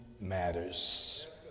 matters